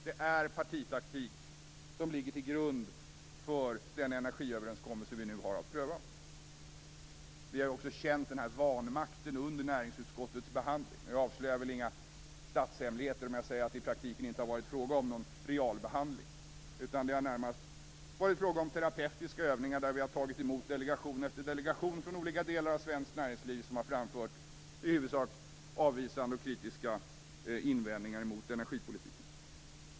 Det är partitaktik som ligger till grund för den energiöverenskommelse vi nu har att pröva. Vi har också känt denna vanmakt under näringsutskottets behandling. Jag avslöjar väl inga statshemligheter om jag säger att det i praktiken inte har varit fråga om någon realbehandling. Det har närmast varit fråga om terapeutiska övningar där vi har tagit emot delegation efter delegation från olika delar av svenskt näringsliv, som har framfört i huvudsak avvisande och kritiska invändningar emot energipolitiken.